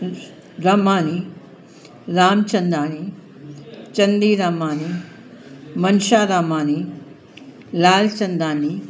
Ramani Ramchandani Chandiramani Mansha Ramani Lalchandani